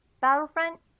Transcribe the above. battlefront